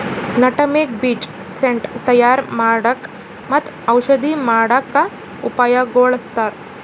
nutmeg ಬೀಜ scent ತಯಾರ್ ಮಾಡಕ್ಕ್ ಮತ್ತ್ ಔಷಧಿ ಮಾಡಕ್ಕಾ ಉಪಯೋಗಸ್ತಾರ್